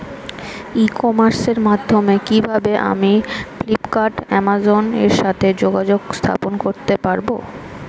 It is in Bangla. ই কমার্সের মাধ্যমে কিভাবে আমি ফ্লিপকার্ট অ্যামাজন এর সাথে যোগাযোগ স্থাপন করতে পারব?